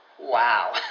Wow